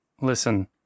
Listen